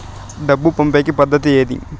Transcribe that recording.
డబ్బు పంపేకి పద్దతి ఏది